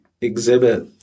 exhibit